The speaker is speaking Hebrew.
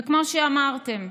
וכמו שאמרתם,